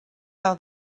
how